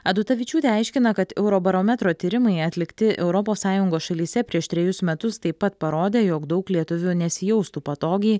adutavičiūtė aiškina kad eurobarometro tyrimai atlikti europos sąjungos šalyse prieš trejus metus taip pat parodė jog daug lietuvių nesijaustų patogiai